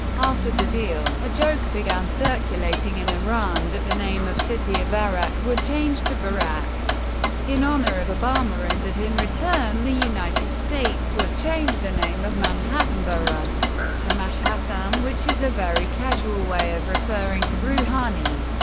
after the deal, a joke began circulating in iran that the name of city of arak would change to barack in honor of obama, and that in return, the united states would change the name of manhattan borough to mash hassan um is a very casual way of referring to rouhani.